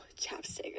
chapstick